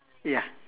ya